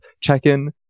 check-in